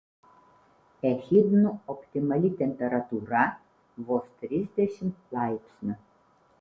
echidnų optimali temperatūra vos trisdešimt laipsnių